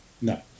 No